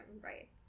right